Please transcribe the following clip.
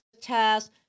test